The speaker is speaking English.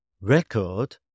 Record